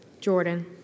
Jordan